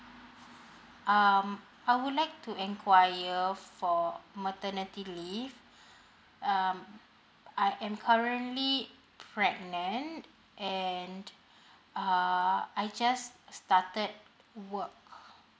um I would like to enquire for maternity leave um I am currently pregnant and uh I just started work